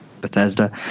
bethesda